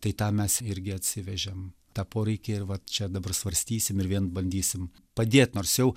tai tą mes irgi atsivežėm tą poreikį ir va čia dabar svarstysim ir vien bandysim padėt nors jau